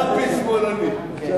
יאפי שמאלני.